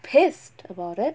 pissed about it